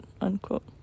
unquote